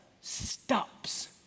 Stops